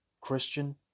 Christian